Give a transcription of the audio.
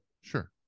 Sure